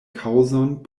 kaŭzon